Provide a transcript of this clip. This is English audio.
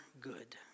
good